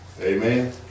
Amen